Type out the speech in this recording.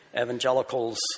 Evangelicals